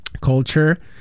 culture